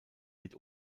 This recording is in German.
mit